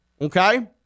okay